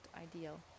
ideal